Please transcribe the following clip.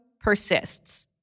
persists